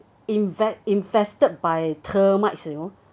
inve~ infested by termites you know